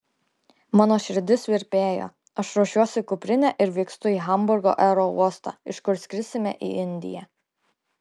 mano širdis virpėjo aš ruošiuosi kuprinę ir vykstu į hamburgo aerouostą iš kur skrisime į indiją